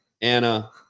Anna